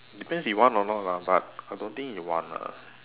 depends he want or not lah but I don't think he want lah